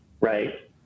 right